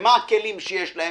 ומה הכלים שיש להם.